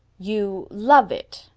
you love it,